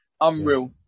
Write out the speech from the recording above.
Unreal